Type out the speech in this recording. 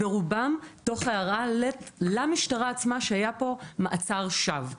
ברובם תוך הערה למשטרה עצמה שהיה פה מעצר שווא,